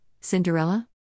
Cinderella